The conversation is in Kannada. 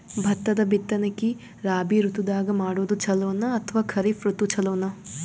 ಭತ್ತದ ಬಿತ್ತನಕಿ ರಾಬಿ ಋತು ದಾಗ ಮಾಡೋದು ಚಲೋನ ಅಥವಾ ಖರೀಫ್ ಋತು ಚಲೋನ?